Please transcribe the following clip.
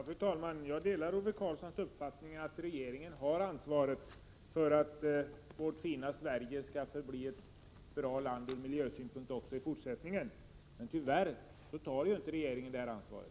Fru talman! Jag delar Ove Karlssons uppfattning att regeringen har ansvaret för att vårt fina Sverige skall förbli ett bra land ur miljösynpunkt också i fortsättningen, men tyvärr tar regeringen inte det ansvaret.